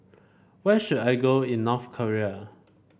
where should I go in North Korea